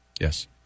yes